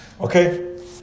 Okay